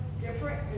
different